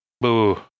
Boo